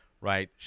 right